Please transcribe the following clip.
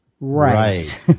right